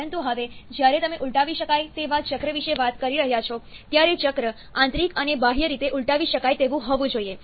પરંતુ હવે જ્યારે તમે ઉલટાવી શકાય તેવા ચક્ર વિશે વાત કરો છો ત્યારે ચક્ર આંતરિક અને બાહ્ય રીતે ઉલટાવી શકાય તેવું હોવું જોઈએ